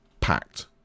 Packed